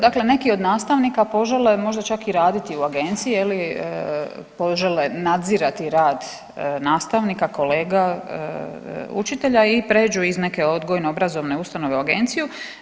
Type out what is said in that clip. Dakle, neki od nastavnika požele možda čak i raditi u agenciji, požele nadzirati rad nastavnika, kolega, učitelja i pređu iz neke odgojno-obrazovne ustanove u agenciju.